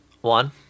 one